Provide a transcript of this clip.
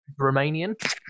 Romanian